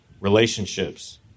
relationships